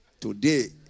Today